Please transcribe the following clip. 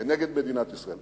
הן נגד מדינת ישראל.